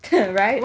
right